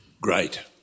Great